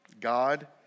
God